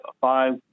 five